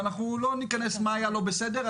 ואנחנו לא ניכנס מה היה לא בסדר,